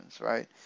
right